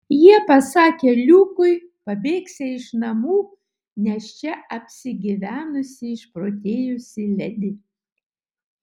jie pasakė liukui pabėgsią iš namų nes čia apsigyvenusi išprotėjusi ledi